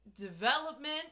development